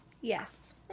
Yes